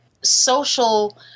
social